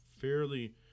fairly